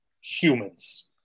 humans